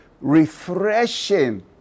refreshing